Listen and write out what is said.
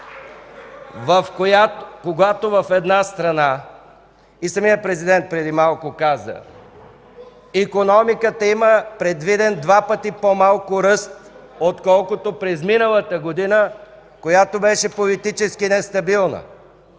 когато в една страна – и самият президент преди малко каза – икономиката има предвиден два пъти по-малко ръст, отколкото през миналата година, която беше политически нестабилна.